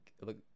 look